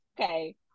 Okay